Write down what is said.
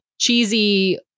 cheesy